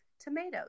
tomatoes